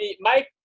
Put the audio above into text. Mike